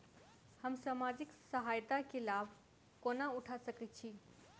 हम सामाजिक सहायता केँ लाभ कोना उठा सकै छी?